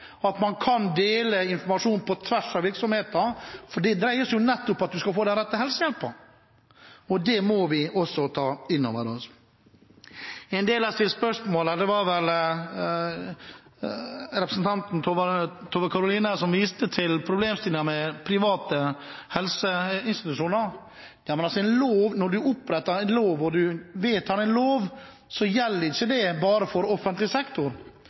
at man kan dele informasjon på tvers av virksomheter, for det dreier seg om at man skal få den rette helsehjelpen. Det må vi også ta inn over oss. En del har stilt spørsmål her, og det var vel representanten Tove Karoline Knutsen som viste til problemstillingen med private helseinstitusjoner. Men når man vedtar en lov, gjelder ikke den bare for offentlig sektor.